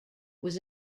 was